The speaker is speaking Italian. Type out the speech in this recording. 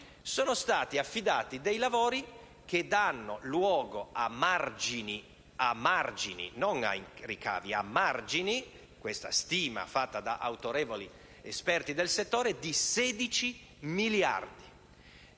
sono stati affidati dei lavori che danno luogo non a ricavi ma a margini (questa è la stima fatta da autorevoli esperti del settore) di 16 miliardi.